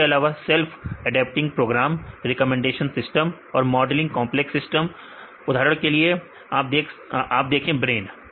इसके अलावा self adapting program recommendations system और मॉडलिंग कंपलेक्स सिस्टम है उदाहरण के लिए आप देखें ब्रेन